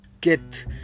get